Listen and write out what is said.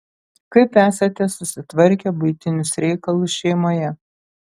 kaip esate susitvarkę buitinius reikalus šeimoje